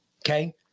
Okay